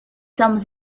some